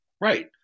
Right